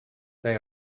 they